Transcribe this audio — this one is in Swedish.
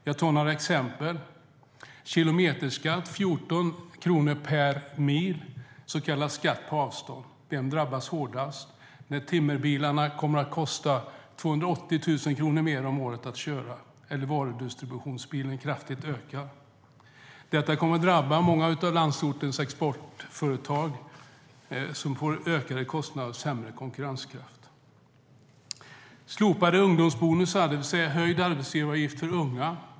Jag tar några exempel. Det föreslås en kilometerskatt på 14 kronor per mil, så kallad skatt på avstånd. Vem drabbas hårdast när timmerbilarna kommer att kosta 280 000 kronor mer om året att köra eller när kostnaden för varudistributionsbilen kraftigt ökar? Det kommer att drabba många av landsortens exportföretag, som får ökade kostnader och sämre konkurrenskraft. Man föreslår slopade ungdomsbonusar, det vill säga höjd arbetsgivaravgift för unga.